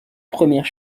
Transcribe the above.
première